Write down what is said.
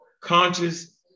Conscious